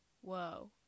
Whoa